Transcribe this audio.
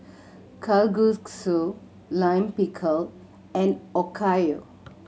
Kalguksu Lime Pickle and Okayu